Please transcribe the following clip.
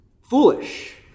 foolish